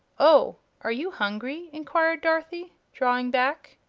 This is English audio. oh are you hungry? enquired dorothy, drawing back.